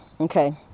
okay